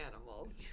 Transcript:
animals